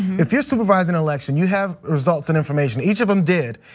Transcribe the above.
if you're supervising election, you have results and information, each of them did,